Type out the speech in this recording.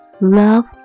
love